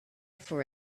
for